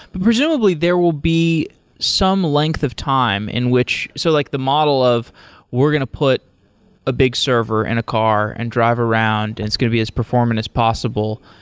but presumably, there will be some length of time in which so like the model of we're going to put a big server and a car and drive around and it's going to be as performant as possible,